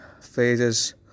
phases